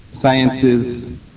sciences